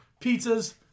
Pizzas